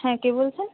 হ্যাঁ কে বলছেন